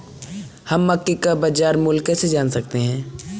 हम मक्के का बाजार मूल्य कैसे जान सकते हैं?